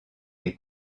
les